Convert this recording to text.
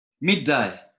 Midday